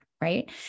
Right